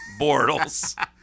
Bortles